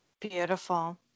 Beautiful